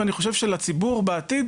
ואני חושב שלציבור בעתיד